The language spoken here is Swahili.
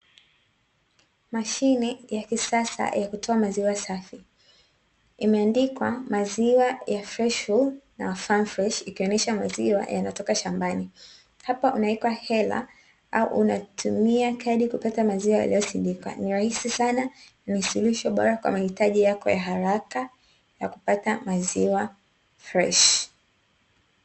Mashine ya kisasa ya kutoa maziwa safi imeandikwa maziwa ya freshi who na san ikionesha maziwa yanayotoka shambani, hapo unaweka hela au unatumia kadi kupata maziwa yaliyosindikwa- ni rahisi sana na suluhisho bora kwa mahitaji yako ya haraka ya kupata maziwa freshi.